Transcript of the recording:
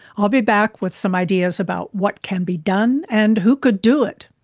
i'll be back with some ideas about what can be done and who could do it.